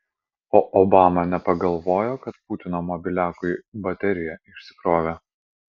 o obama nepagalvojo kad putino mobiliakui baterija išsikrovė